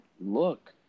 look